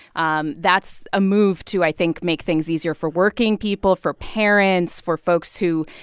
um that's a move to, i think, make things easier for working people, for parents, for folks who,